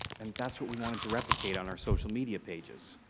and that's what we wanted to replicate on our social media pages.